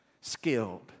skilled